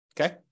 Okay